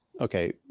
okay